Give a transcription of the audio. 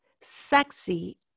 Sexy